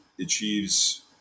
achieves